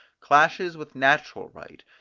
clashes with natural right,